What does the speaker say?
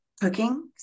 cooking